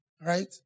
right